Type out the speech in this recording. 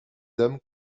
dames